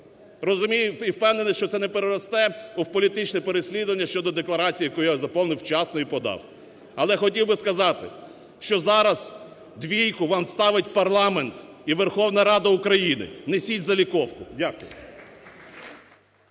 Розумію і впевнений, що це не переросте в політичне переслідування щодо декларації, яку я заповнив вчасно і подав. Але хотів би сказати, що зараз двійку вам ставить парламент і Верховна Рада України. Несіть заліковку. Дякую.